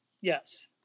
yes